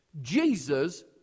Jesus